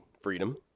freedom